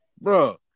Bro